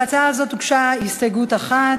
להצעה הזאת הוגשה הסתייגות אחת,